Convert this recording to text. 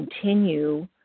continue